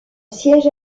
siège